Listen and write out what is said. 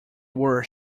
were